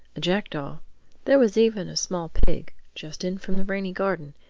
a jackdaw there was even a small pig, just in from the rainy garden,